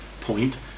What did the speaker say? point